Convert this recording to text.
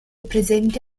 presenti